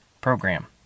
program